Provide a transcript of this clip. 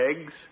eggs